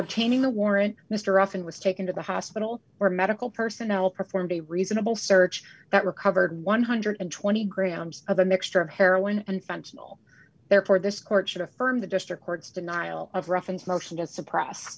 obtaining a warrant mr often was taken to the hospital where medical personnel performed a reasonable search that recovered one hundred and twenty grams of a mixture of heroin and functional therefore this court should affirm the district court's denial of ruffins motion to suppress